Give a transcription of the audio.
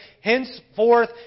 henceforth